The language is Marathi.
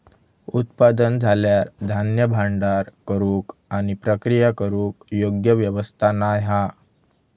उत्पादन झाल्यार धान्य भांडार करूक आणि प्रक्रिया करूक योग्य व्यवस्था नाय हा